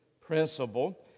principle